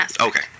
Okay